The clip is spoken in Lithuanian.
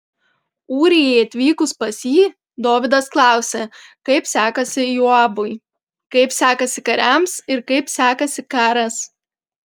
ūrijai atvykus pas jį dovydas klausė kaip sekasi joabui kaip sekasi kariams ir kaip sekasi karas